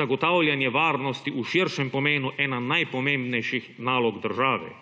zagotavljanje varnosti v širšem pomenu ena najpomembnejših nalog države.